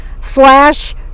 slash